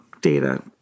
data